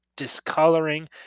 discoloring